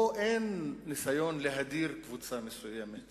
פה אין ניסיון להדיר קבוצה מסוימת